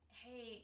hey